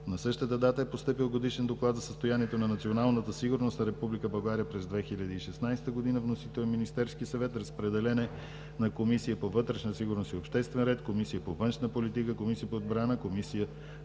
На същата дата е постъпил Годишен доклад за състоянието на националната сигурност на Република България през 2016 г. Вносител е Министерският съвет. Разпределен е на Комисията по вътрешна сигурност и обществен ред, Комисията по външна политика, Комисията по отбрана, Комисията